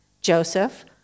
Joseph